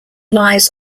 lies